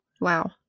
Wow